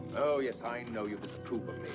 oh yes, i know you disprove of